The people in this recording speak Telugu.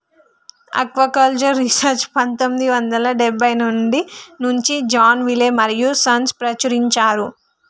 ఆక్వాకల్చర్ రీసెర్చ్ పందొమ్మిది వందల డెబ్బై నుంచి జాన్ విలే మరియూ సన్స్ ప్రచురించారు